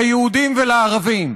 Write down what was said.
ליהודים ולערבים.